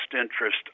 interest